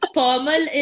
formal